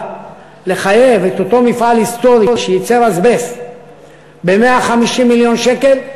לחייב את אותו מפעל היסטורי שייצר אזבסט ב-150 מיליון שקל,